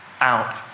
out